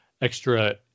extra